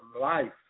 life